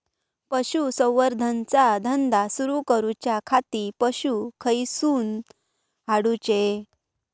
पशुसंवर्धन चा धंदा सुरू करूच्या खाती पशू खईसून हाडूचे?